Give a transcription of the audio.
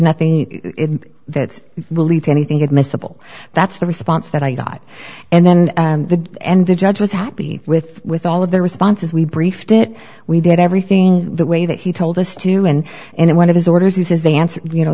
nothing that will lead to anything admissible that's the response that i got and then the end the judge was happy with with all of the responses we briefed it we did everything the way that he told us to do and and one of his orders he says they answer you know